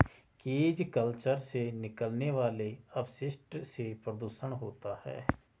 cage culture से निकलने वाले अपशिष्ट से प्रदुषण होता है